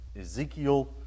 Ezekiel